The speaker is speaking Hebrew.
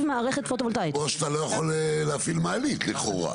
כמו שאתה לא יכול להפעיל מעלית, לכאורה.